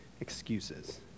excuses